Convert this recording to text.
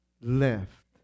left